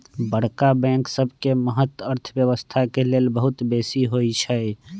बड़का बैंक सबके महत्त अर्थव्यवस्था के लेल बहुत बेशी होइ छइ